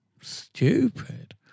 stupid